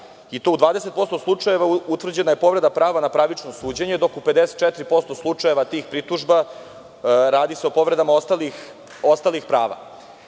rade. U 20% slučajeva utvrđena je povreda prava na pravično suđenje, dok se u 54% slučajeva tih pritužba radi o povredama ostalih prava. Upravo